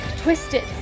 twisted